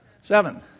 Seven